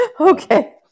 Okay